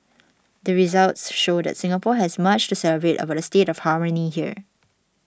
the results show that Singapore has much to celebrate about the state of harmony here